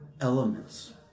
elements